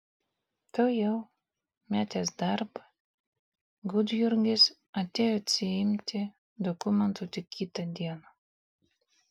tuojau metęs darbą gudjurgis atėjo atsiimti dokumentų tik kitą dieną